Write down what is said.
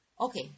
Okay